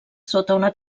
sota